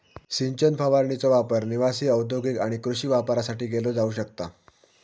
सिंचन फवारणीचो वापर निवासी, औद्योगिक आणि कृषी वापरासाठी केलो जाऊ शकता